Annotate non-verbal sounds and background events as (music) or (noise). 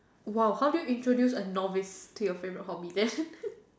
!wow! how do you introduce a novice to your favourite hobby that's (laughs)